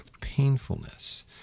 painfulness